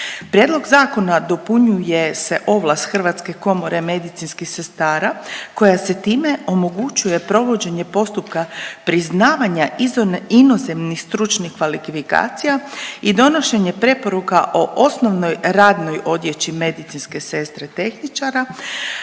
Prijedlog zakona dopunjuje se ovlast Hrvatske komore medicinskih sestara koja se time omogućuje provođenje postupka priznavanja inozemnih stručnih kvalifikacija i donošenje preporuka o osnovnoj radnoj odjeći medicinske sestre i tehničara.